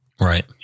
Right